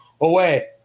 away